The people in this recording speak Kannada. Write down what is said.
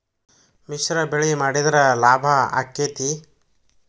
ಮಿಶ್ರ ಬೆಳಿ ಮಾಡಿದ್ರ ಲಾಭ ಆಕ್ಕೆತಿ?